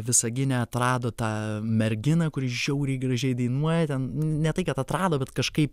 visagine atrado tą merginą kuri žiauriai gražiai dainuoja ten ne tai kad atrado bet kažkaip